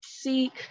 Seek